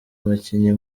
abakinnyi